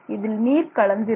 இதில் நீர் கலந்திருக்கும்